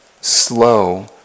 slow